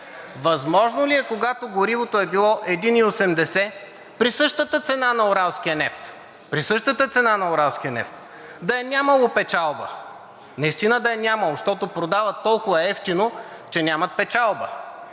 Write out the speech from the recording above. Възможно ли е, когато горивото е било 1,80 лв. при същата цена на уралския нефт, да е нямало печалба?! Наистина да е нямало, защото продават толкова евтино, че нямат печалба.